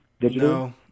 No